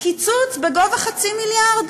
קיצוץ בגובה חצי מיליארד.